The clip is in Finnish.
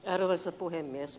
arvoisa puhemies